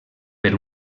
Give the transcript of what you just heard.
per